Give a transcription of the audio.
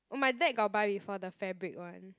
oh my dad got buy before the fabric one